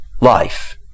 life